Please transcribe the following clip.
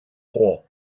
hole